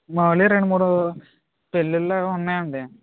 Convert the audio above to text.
మా వాళ్ళవి రెండు మూడు పెళ్ళిళ్ళు ఉన్నాయండి